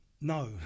No